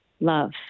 love